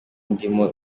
ndimo